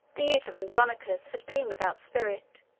the youth of andronicus had been without spirit,